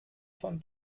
von